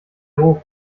hoch